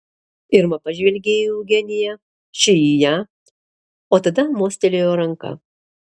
irma pažvelgė į eugeniją ši į ją o tada mostelėjo ranka